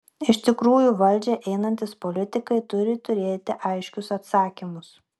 iš tikrųjų valdžią einantys politikai turi turėti aiškius atsakymus